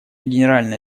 генеральной